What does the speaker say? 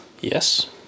Yes